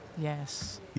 Yes